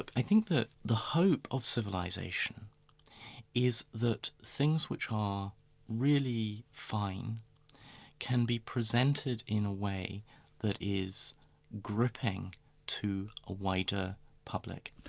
but i think that the hope of civilisation is that things which are really fine can be presented in a way that is gripping to a wider public.